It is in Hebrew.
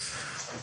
(מצגת).